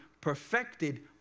perfected